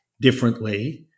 differently